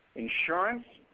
insurance,